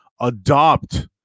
adopt